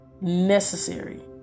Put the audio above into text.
necessary